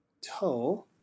Toe